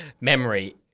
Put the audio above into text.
Memory